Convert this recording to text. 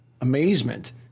amazement